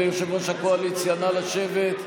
אדוני השר ויושב-ראש הקואליציה, נא לשבת.